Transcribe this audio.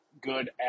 good